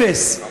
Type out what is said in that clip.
אפס.